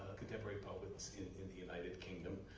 contemporary poets, in in the united kingdom.